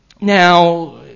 now